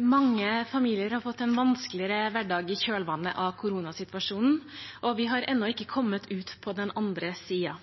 Mange familier har fått en vanskeligere hverdag i kjølvannet av koronasituasjonen, og vi har ennå ikke kommet ut på den andre siden.